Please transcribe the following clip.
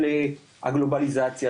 בגלל הנושא של הגלובליזציה,